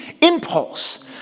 impulse